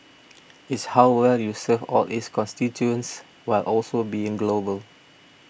it's how well you serve all its constituents while also being global